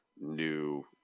new